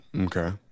Okay